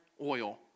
oil